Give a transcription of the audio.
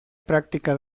práctica